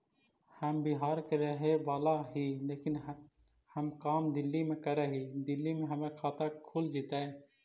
हम बिहार के रहेवाला हिय लेकिन हम काम दिल्ली में कर हिय, दिल्ली में हमर खाता खुल जैतै?